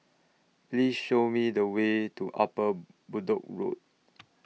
Please Show Me The Way to Upper Bedok Road